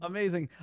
Amazing